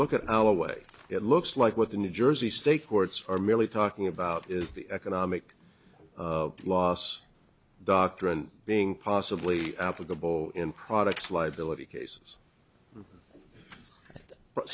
look at our way it looks like what the new jersey state courts are really talking about is the economic loss doctrine being possibly applicable in products liability cases